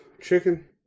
chicken